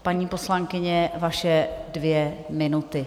Paní poslankyně, vaše dvě minuty.